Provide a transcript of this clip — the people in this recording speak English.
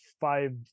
five